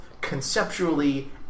conceptually